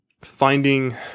finding